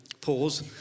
pause